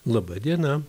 laba diena